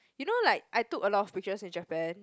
you know like I took a lot of pictures in Japan